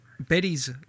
Betty's